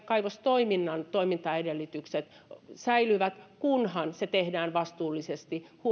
kaivostoiminnan toimintaedellytykset säilyvät kunhan se tehdään vastuullisesti